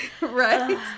Right